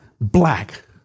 black